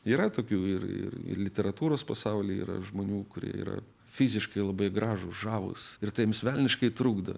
yra tokių ir ir ir literatūros pasauly yra žmonių kurie yra fiziškai labai gražūs žavūs ir tai jiems velniškai trukdo